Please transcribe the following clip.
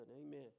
Amen